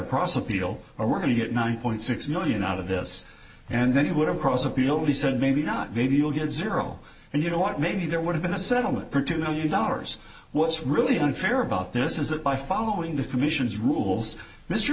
cross appeal or we're going to get nine point six million out of this and then you would have said maybe not maybe you'll get zero and you know what maybe there would have been a settlement for two million dollars what's really unfair about this is that by following the commission's rules mr